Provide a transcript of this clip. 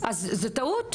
אז זו טעות.